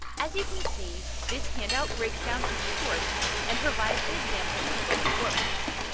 as you can see this handout breaks down each source and provides an example of both formats.